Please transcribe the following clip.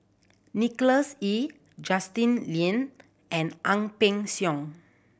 Nicholas Ee Justin Lean and Ang Peng Siong